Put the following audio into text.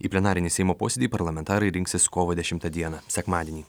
į plenarinį seimo posėdį parlamentarai rinksis kovo dešimtą dieną sekmadienį